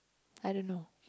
I don't know